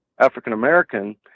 African-American